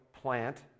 plant